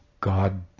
God